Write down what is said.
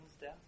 death